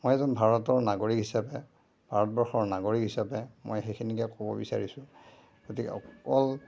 মই এজন ভাৰতৰ নাগৰিক হিচাপে ভাৰতবৰ্ষৰ নগৰিক হিচাপে মই সেইখিনিকে ক'ব বিচাৰিছোঁ গতিকে অকল